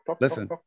listen